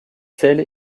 sels